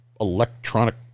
electronic